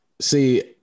See